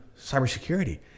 cybersecurity